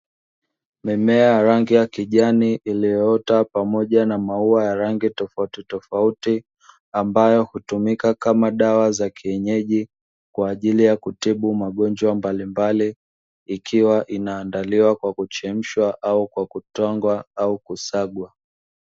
Mimea ya rangi ya kijani iliyoota pamoja na maua ya rangi tofautitofauti, ambayo hutumika kama dawa za kienyeji kwa ajili ya kutibu magonjwa mbalimbali, ikiwa inaandaliwa kwa kuchemshwa au kwa kutwangwa au kusagwa.